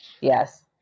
Yes